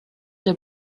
der